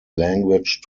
language